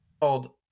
called